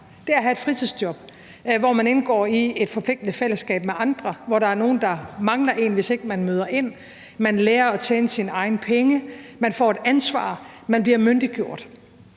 det er at have et fritidsjob, hvor man indgår i et forpligtende fællesskab med andre, og hvor der er nogen, der mangler en, hvis man ikke møder ind. Man lærer at tjene sine egne penge, man får et ansvar, og man bliver myndiggjort.